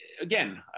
again